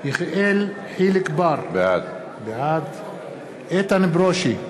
יחיאל חיליק בר, בעד איתן ברושי,